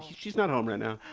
she's not home right now